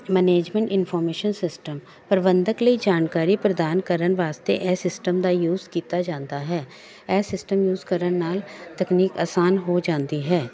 management information system ਪ੍ਰਬੰਧਕ ਲਈ ਜਾਣਕਾਰੀ ਪ੍ਰਦਾਨ ਕਰਨ ਵਾਸਤੇ ਇਹ ਸਿਸਟਮ ਦਾ ਯੂਜ਼ ਕੀਤਾ ਜਾਂਦਾ ਹੈ ਇਹ ਸਿਸਟਮ ਯੂਜ਼ ਕਰਨ ਨਾਲ ਤਕਨੀਕ ਆਸਾਨ ਹੋ ਜਾਂਦੀ ਹੈ